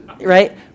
right